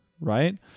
right